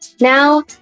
Now